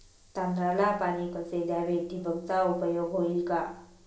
तांदळाला पाणी कसे द्यावे? ठिबकचा उपयोग होईल का?